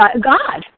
God